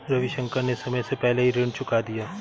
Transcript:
रविशंकर ने समय से पहले ही ऋण चुका दिया